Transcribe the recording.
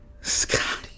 Scotty